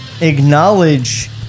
acknowledge